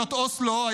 שנות אוסלו,